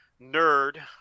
nerd